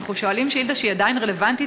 שאנחנו שואלים שאילתה שהיא עדיין רלוונטית.